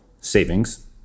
savings